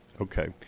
Okay